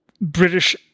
British